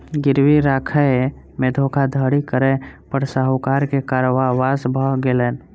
गिरवी राखय में धोखाधड़ी करै पर साहूकार के कारावास भ गेलैन